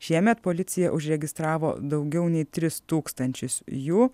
šiemet policija užregistravo daugiau nei tris tūkstančius jų